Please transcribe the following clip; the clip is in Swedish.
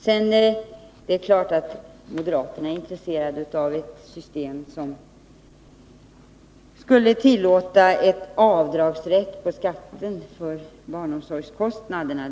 Det är klart att moderaterna är intresserade av ett system som kunde ge en avdragsrätt på skatten för barnomsorgskostnaderna.